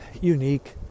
unique